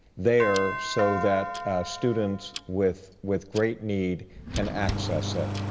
there so that students with with great need can access it.